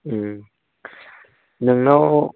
उम नोंनाव